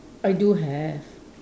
I do have